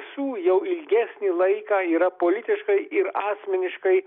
su jau ilgesnį laiką yra politiškai ir asmeniškai